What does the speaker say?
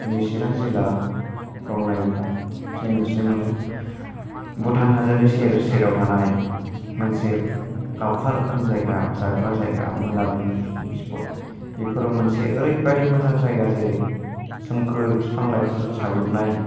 जोंनि चिरां जिललाफ्राव नायोब्ला जों मिथिनो मोनो भुटान हाजोनि सेर सेराव थानाय मोनसे लाउखार ओंखाम जाग्रा जायगा मोनाबिलि पिकनिक स्प'त बेफोराव मोनसे ओरैबादि मोजां जायगा सोमखोर बिफां लाइफांजों साग्लोबनाय